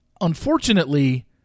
unfortunately